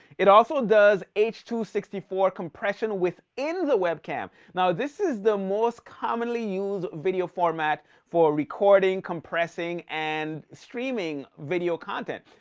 it also does h two six four compression within the webcam. now this is the most commonly used video format for recording, compressing, and streaming video content.